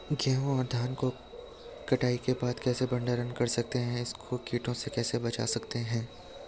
गेहूँ और धान को कटाई के बाद कैसे भंडारण कर सकते हैं इसको कीटों से कैसे बचा सकते हैं?